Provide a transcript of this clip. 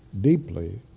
deeply